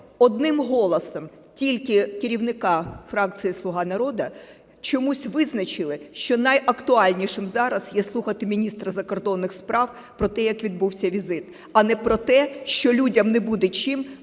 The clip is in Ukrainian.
одним голосом тільки керівника фракції "Слуга народу" чомусь визначили, що найактуальнішим зараз є слухати міністра закордонних справ про те, як відбувся візит, а не про те, що людям не буде чим